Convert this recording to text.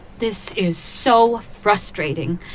this is so frustrating!